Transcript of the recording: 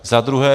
Zadruhé.